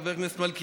חבר הכנסת מלכיאלי,